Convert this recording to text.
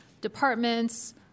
departments